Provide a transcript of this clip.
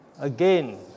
again